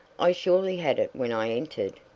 i surely had it when i entered.